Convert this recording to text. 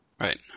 right